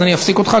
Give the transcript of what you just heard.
אני אפסיק אותך.